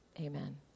Amen